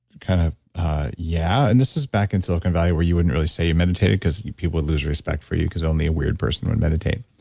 kind of yeah. and this is back in silicon valley where you wouldn't really say you meditated because people would lose respect for you because only a weird person would meditate